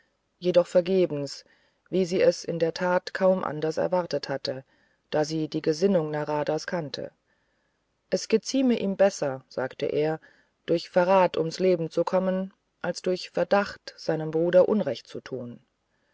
jedoch vergebens wie sie es in der tat kaum anders erwartet hatte da sie die gesinnung naradas kannte es gezieme ihm besser sagte er durch verrat ums leben zu kommen als durch verdacht seinem bruder unrecht zu tun